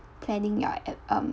planning your e~ um